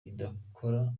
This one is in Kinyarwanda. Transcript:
idakora